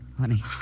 Honey